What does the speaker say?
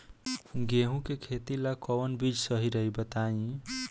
गेहूं के खेती ला कोवन बीज सही रही बताई?